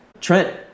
Trent